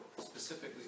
specifically